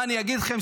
מה אני אגיד לכם,